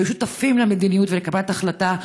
שהיו שותפים למדיניות ולקבלת החלטה,